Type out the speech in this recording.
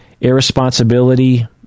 Irresponsibility